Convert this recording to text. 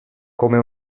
come